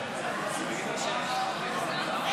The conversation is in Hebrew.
רגע, רגע.